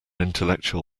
intellectual